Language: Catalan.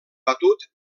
batut